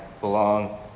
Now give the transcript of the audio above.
belong